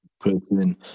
person